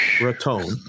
Raton